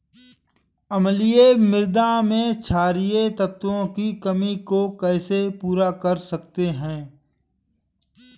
अम्लीय मृदा में क्षारीए तत्वों की कमी को कैसे पूरा कर सकते हैं?